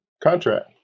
contract